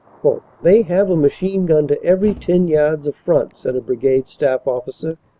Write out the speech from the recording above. they have a machine-gun to every ten yards of front, said a brigade staff officer.